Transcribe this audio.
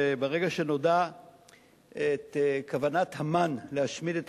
על כך שברגע שנודעה כוונת המן להשמיד את